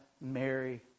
Mary